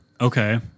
okay